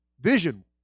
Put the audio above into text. vision